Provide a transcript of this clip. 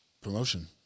Promotion